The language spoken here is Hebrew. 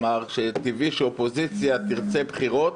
שטבעי שאופוזיציה תרצה בחירות